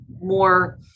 more